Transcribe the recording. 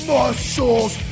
Muscles